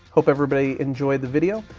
hope everybody enjoyed the video.